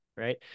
Right